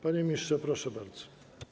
Panie ministrze, proszę bardzo.